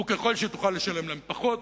וככל שתוכל לשלם להם פחות,